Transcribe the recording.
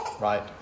right